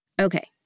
Okay